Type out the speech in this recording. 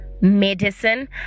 Medicine